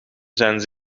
zijn